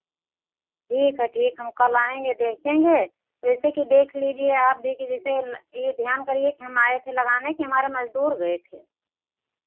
ठीक है ठीक हम कल आएंगे देखेंगे पैसे की देख लीजिए आप भी कि जैसे ये ध्यान करिए कि हम आए थे लगाने कि हमारे मज़दूर गए थे